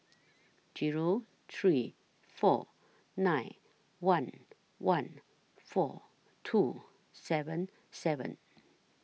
Zero three four nine one one four two seven seven